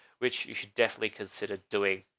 which you should definitely consider doing.